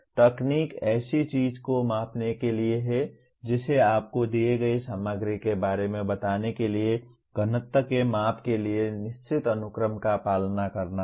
तकनीक ऐसी चीज को मापने के लिए है जिसे आपको दिए गए सामग्री के बारे में बताने के लिए घनत्व के माप के लिए निश्चित अनुक्रम का पालन करना होगा